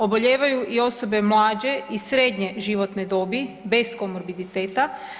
Obolijevaju i osobe mlađe i srednje životne dobi bez komorbiditeta.